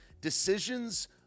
decisions